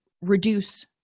reduce